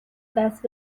دست